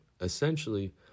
essentially